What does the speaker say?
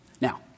Now